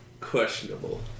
questionable